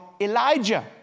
Elijah